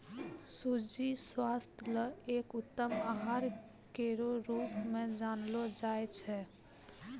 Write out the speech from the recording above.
सूजी स्वास्थ्य ल एक उत्तम आहार केरो रूप म जानलो जाय छै